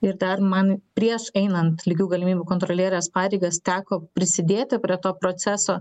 ir dar man prieš einant lygių galimybių kontrolierės pareigas teko prisidėti prie to proceso